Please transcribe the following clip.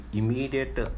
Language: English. immediate